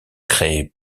créés